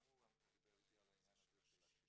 גם הוא דיבר איתי על העניין של ה-60.